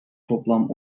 toplam